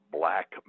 black